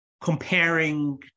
comparing